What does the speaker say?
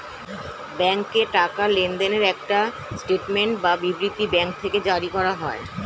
ব্যাংকে টাকা লেনদেনের একটা স্টেটমেন্ট বা বিবৃতি ব্যাঙ্ক থেকে জারি করা হয়